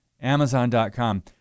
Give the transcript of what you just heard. Amazon.com